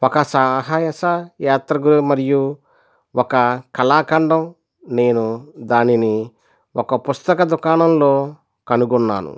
ఒక సాహస యాత్ర గురి మరియు ఒక కళాఖండం నేను దానిని ఒక పుస్తక దుకాణంలో కనుగొన్నాను